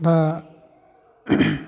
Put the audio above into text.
दा